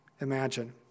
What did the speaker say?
imagine